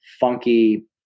funky